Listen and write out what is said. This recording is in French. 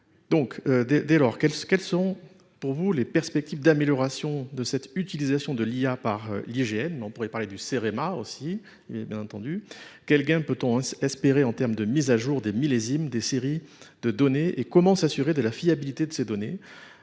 Donc, dès lors, quelles sont pour vous les perspectives d'amélioration de cette utilisation de l'IA par l'IGN ? On pourrait parler du CEREMA aussi, bien entendu. Quel gain peut-on espérer en termes de mise à jour des millésimes, des séries de données et comment s'assurer de la fiabilité de ces données ?